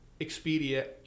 Expedia